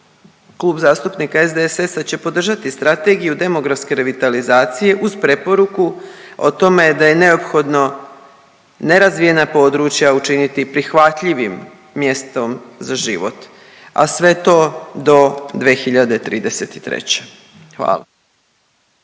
klub zastupnika SDSS-a će podržati Strategiju demografske revitalizacije uz preporuku o tome da je neophodno nerazvijena područja učiniti prihvatljivim mjestom za život, a sve to do 2033. Hvala.